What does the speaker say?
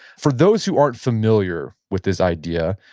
for those who aren't familiar with this idea,